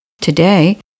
Today